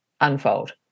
unfold